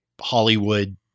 Hollywood